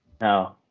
No